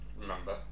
remember